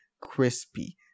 crispy